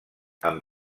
amb